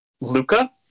Luca